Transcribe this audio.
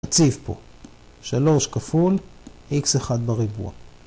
נציב פה שלוש כפול איקס אחד בריבוע.